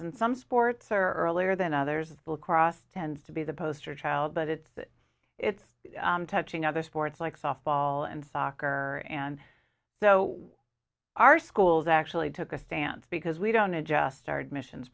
and some sports are earlier than others of the cross tends to be the poster child but it's it's touching other sports like softball and soccer and so our schools actually took a stance because we don't adjust our admissions